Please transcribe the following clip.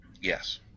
Yes